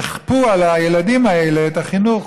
יכפו על הילדים האלה את החינוך.